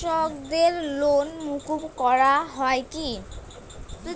কৃষকদের লোন মুকুব করা হয় কি?